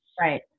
Right